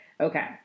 Okay